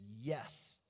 yes